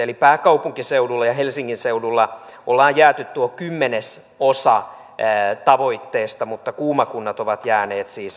eli pääkaupunkiseudulla ja helsingin seudulla on jääty tuo kymmenesosa tavoitteesta mutta kuuma kunnat ovat jääneet siis viidesosan